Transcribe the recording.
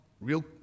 real